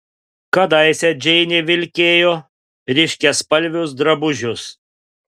kadaise džeinė vilkėjo ryškiaspalvius drabužius